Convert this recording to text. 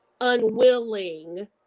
unwilling